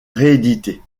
réédités